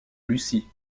lucie